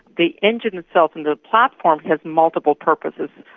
the engine itself and the platform has multiple purposes.